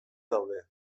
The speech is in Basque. daude